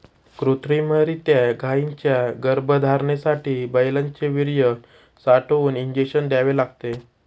कृत्रिमरीत्या गायींच्या गर्भधारणेसाठी बैलांचे वीर्य साठवून इंजेक्शन द्यावे लागते